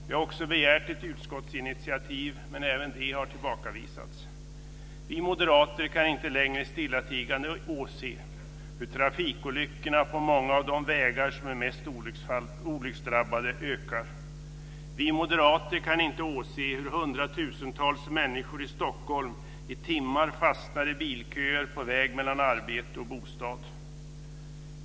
Vi har begärt ett utskottsinitiativ, men även detta har tillbakavisats. Vi moderater kan inte längre stillatigande åse hur trafikolyckorna på många av de vägar som är mest olycksdrabbade ökar. Vi moderater kan inte åse hur hundratusentals människor i Stockholm i timmar fastnar i bilköer på väg mellan arbete och bostad.